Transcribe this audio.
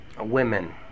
women